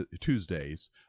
Tuesdays